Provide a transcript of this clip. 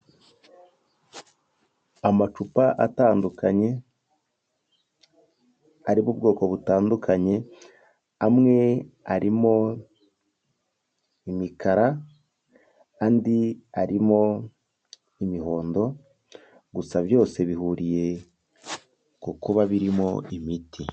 Amacupa atandukanye ari mu bwoko butandukanye, amwe arimo imikara andi arimo imihondo, gusa byose bihuriye ku kuba birimo imiti.